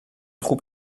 خوب